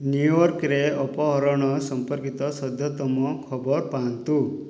ନ୍ୟୁୟର୍କରେ ଅପହରଣ ସମ୍ପର୍କିତ ସଦ୍ୟତମ ଖବର ପାଆନ୍ତୁ